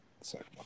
second